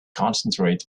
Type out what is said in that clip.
concentrate